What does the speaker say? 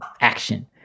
action